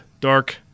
Dark